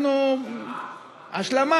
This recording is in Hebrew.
אנחנו, השלמה?